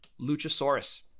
Luchasaurus